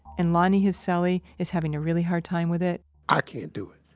and lonnie, his cellie, is having a really hard time with it i can't do it.